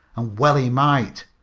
and well he might,